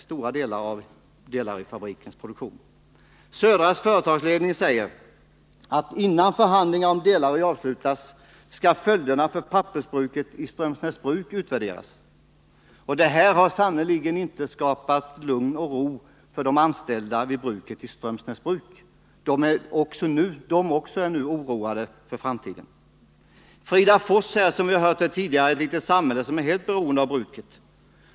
Södra Skogsägarnas företagsledning säger att innan förhandlingarna om Delary avslutas skall följderna för pappersbruket i Strömsnäsbruk utvärderas. Det meddelandet har sannerligen inte skapat lugn och ro bland de anställda i Strömsnäsbruk. Också de är nu oroade för framtiden. Fridafors är, som vi har hört här tidigare, ett litet samhälle som är helt beroende av bruket.